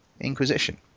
Inquisition